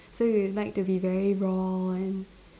so you like to be very raw and